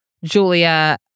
Julia